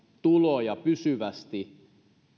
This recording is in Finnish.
tuloja pysyvästi